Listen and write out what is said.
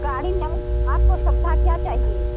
गाड़ी में बहुत आपको सुविधा क्या चाहिए